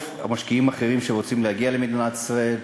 משקיעים אחרים שרוצים להגיע למדינת ישראל.